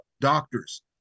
doctors